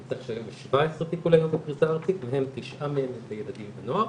למצב שהיום יש 17 טיפולי יום בפריסה ארצית מהם תשעה זה בילדים ובנוער.